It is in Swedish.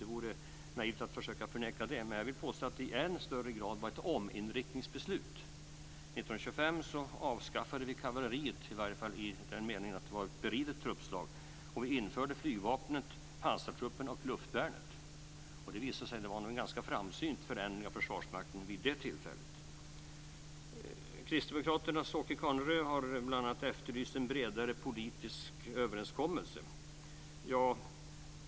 Det vore naivt att försöka förneka det. Men jag vill påstå att det i än större grad var ett ominriktningsbeslut. 1925 avskaffade vi kavalleriet, i varje fall i den meningen att det var ett beridet truppslag, och vi införde flygvapnet, pansartrupperna och luftvärnet. Det visade sig att det var en ganska framsynt förändring av Försvarsmakten vid det tillfället. Kristdemokraternas Åke Carnerö har bl.a. efterlyst en bredare politisk överenskommelse.